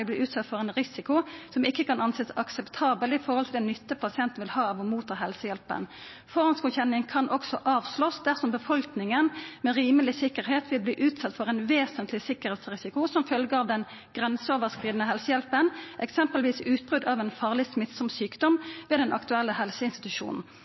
bli utsatt for en risiko som ikke kan anses akseptabel i forhold til den nytte pasienten vil ha av å motta helsehjelpen. Forhåndsgodkjenning kan også avslås dersom befolkningen med rimelig sikkerhet vil bli utsatt for en vesentlig sikkerhetsrisiko som følge av den grenseoverskridende helsehjelpen, eksempelvis utbrudd av en farlig smittsom sykdom ved den aktuelle helseinstitusjonen.» At statsråden då definerer ein helseinstitusjon som